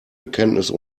bekenntnis